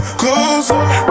closer